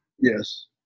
Yes